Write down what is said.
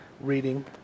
reading